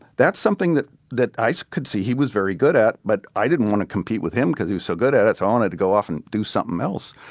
that's something that that i could see he was very good at, but i didn't want to compete with him because he was so good at it. i wanted to go off and do something else.